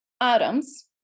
atoms